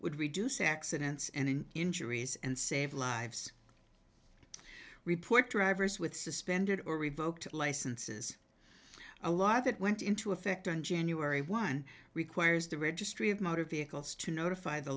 would reduce accidents and injuries and save lives report drivers with suspended or revoked licenses a law that went into effect on january one requires the registry of motor vehicles to notify the